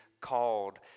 called